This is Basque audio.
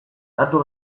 datu